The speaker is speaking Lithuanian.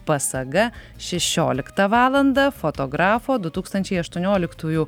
pasaga šešioliktą valandą fotografo du tūkstančiai aštuonioliktųjų